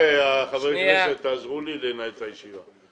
חברי הכנסת, תעזרו לי לנהל את הישיבה.